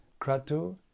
Kratu